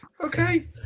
Okay